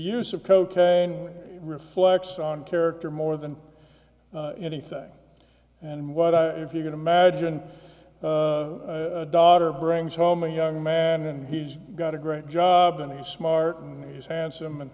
use of cocaine reflects on character more than anything and what i if you can imagine a daughter brings home a young man and he's got a great job and he's smart and he's handsome